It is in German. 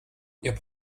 dein